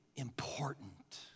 important